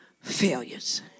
failures